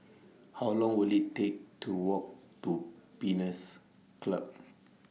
How Long Will IT Take to Walk to Pines Club